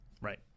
Right